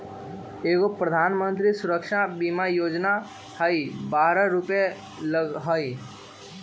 एगो प्रधानमंत्री सुरक्षा बीमा योजना है बारह रु लगहई?